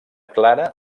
clara